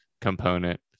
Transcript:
component